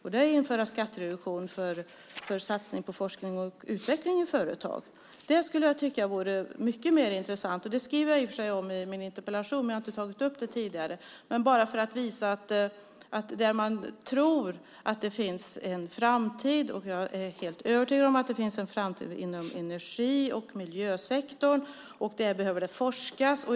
Det är att införa skattereduktion för satsning på forskning och utveckling i företag. Det tycker jag vore mycket mer intressant. Det skriver jag i och för sig om i min interpellation, men jag har inte tagit upp det tidigare. Det handlar om att visa att man tror att det finns en framtid. Jag är helt övertygad om att det finns en framtid inom energisektorn och miljösektorn. Där behöver det forskas.